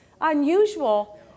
unusual